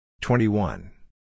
twenty-one